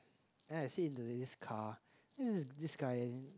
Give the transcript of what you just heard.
and then I sit into this car this is this guy